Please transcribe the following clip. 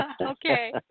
Okay